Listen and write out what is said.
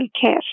care